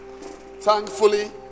Thankfully